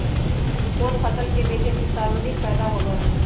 कोन फसल के बेचे से सर्वाधिक फायदा होबा हई?